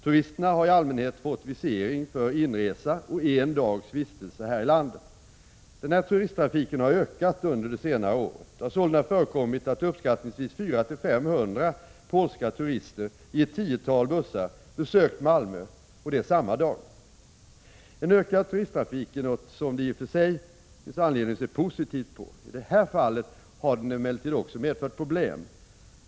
Turisterna har i allmänhet fått visering för inresa och en dags vistelse här i landet. Den här turisttrafiken har ökat under det senaste året. Det har sålunda förekommit att uppskattningsvis 400-500 polska turister i ett tiotal bussar besökt Malmö samma dag. En ökad turisttrafik är något som det i och för sig finns anledning att se positivt på. I det här fallet har den emellertid också medfört problem.